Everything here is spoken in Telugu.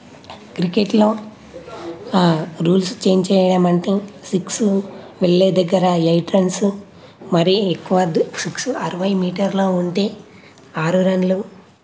క్రికెట్లో రూల్స్ చేంజ్ చేయడం అంటే సిక్స్ వెళ్ళే దగ్గర ఎయిట్ రన్స్ మరీ ఎక్కువది అరవై మీటర్ల ఉంటే ఆరు రన్లు